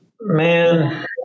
Man